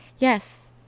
Yes